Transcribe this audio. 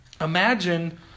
imagine